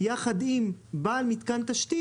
יחד עם בעל מתקן תשתית.